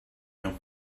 you